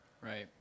Right